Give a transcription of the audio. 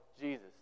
Jesus